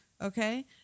Okay